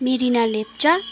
Merina Lepcha